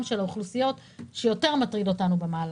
של האוכלוסיות שיותר מטרידות אותנו במהלך.